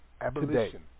Abolition